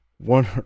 One